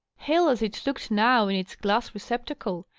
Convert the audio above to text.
hale as it looked now in its glass receptacle,